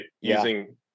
Using